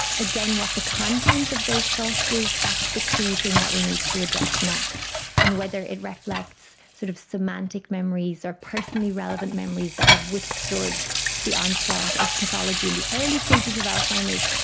again, what the content of those thoughts is, that's the key thing that we need to address next and whether it reflects sort of semantic memories or personally relevant memories that have withstood the onslaught of pathology in the early stages of alzheimer's,